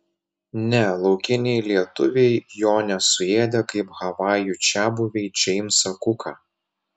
ne laukiniai lietuviai jo nesuėdė kaip havajų čiabuviai džeimsą kuką